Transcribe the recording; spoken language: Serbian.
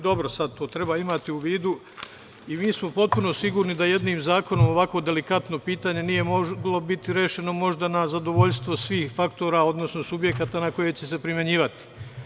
Dobro, sada to treba imati u vidu i mi smo potpuno sigurni da jednim zakonom, ovako delikatno pitanje nije moglo biti rešeno, možda na zadovoljstvo svih faktora, odnosno subjekata na koje će se primenjivati.